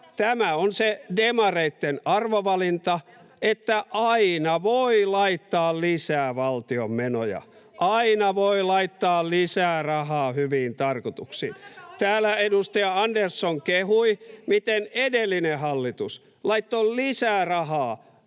Tämä on se demareitten arvovalinta, että aina voi laittaa lisää valtion menoja, aina voi laittaa lisää rahaa hyviin tarkoituksiin. [Krista Kiuru: Ei kannata oikeuttaa